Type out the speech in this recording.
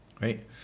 right